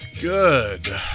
Good